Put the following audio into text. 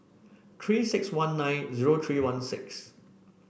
Three six one nine zero three one six